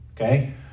Okay